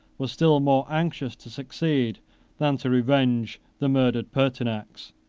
were still more anxious to succeed than to revenge the murdered pertinax.